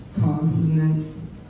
consonant